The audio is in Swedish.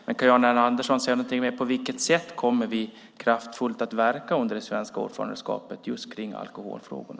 Kan Jan R Andersson säga något mer om på vilket sätt vi under det svenska ordförandeskapet kraftfullt kommer att verka när det gäller alkoholfrågorna?